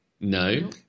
No